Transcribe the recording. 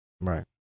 Right